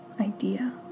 idea